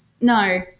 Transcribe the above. No